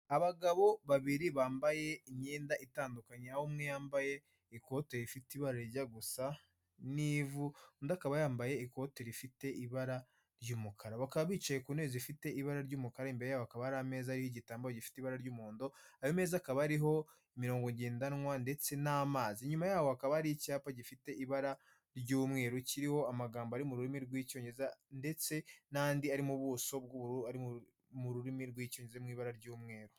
Abagabo babiri bambaye imyenda itandukanye, aho umwe yambaye ikote rifite ibara rijya gusa n'ivu, undi akaba yambaye ikote rifite ibara ry'umukara. Bakaba bicaye ku ntebe ifite ibara ry'umukara imbere yabo hakaba hari ameza ariho igitamba gifite ibara ry'umuhondo, ayo meza akaba ariho imirongo ngendanwa ndetse n'amazi. Inyuma yaho hakaba hariho icyapa gifite ibara, ry'umweru kiriho amagambo ari mu rurimi rw'Icyongereza, ndetse n'andi ari mu ubuso bw'ubururu mu rurimi rw'Icyongereza ari mu ibara ry'umweru.